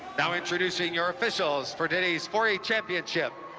now introducing your officials for today's four a championship